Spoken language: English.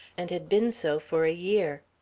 and had been so for a year.